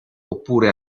oppure